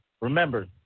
Remember